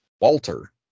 Walter